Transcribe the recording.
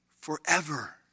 forever